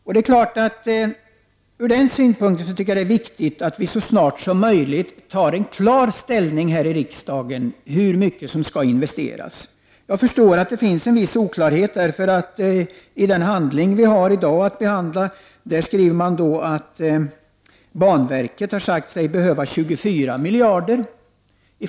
Jag tycker att det från den synpunkten är viktigt att vi så snart som möjligt här i riksdagen klart tar ställning till hur mycket som skall investeras. Jag förstår att det råder en viss oklarhet. I det betänkande vi i dag har att behandla står det att banverket har sagt sig behöva 24 miljarder kronor.